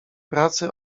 pracy